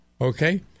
okay